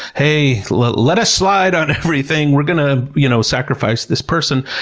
hey, let let us slide on everything. we're gonna, you know, sacrifice this person.